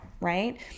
right